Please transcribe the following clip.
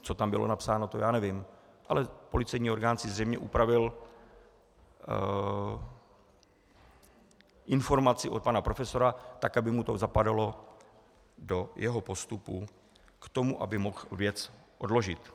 Co tam bylo napsáno, to já nevím, ale policejní orgán si zřejmě upravil informaci od pana profesora tak, aby mu to zapadalo do jeho postupu k tomu, aby mohl věc odložit.